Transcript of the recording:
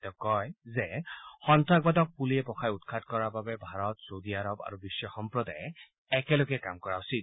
তেওঁ কয় যে সন্তাসবাদক পুলিয়ে পোখাই উৎখাত কৰাৰ বাবে ভাৰত চৌদি আৰব আৰু বিশ্ব সম্প্ৰদায়ে একেলগে কাম কৰা উচিত